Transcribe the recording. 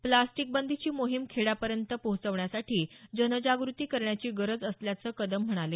plastic बंदीची मोहीम खेड्यापाड्यांपर्यंत पोहचवण्यासाठी जनजागृती करण्याची गरज असल्याचं कदम म्हणाले